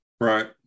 Right